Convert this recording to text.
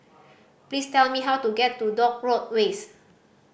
please tell me how to get to Dock Road West